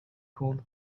cold